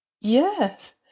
Yes